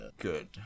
good